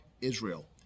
Israel